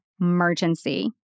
emergency